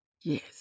Yes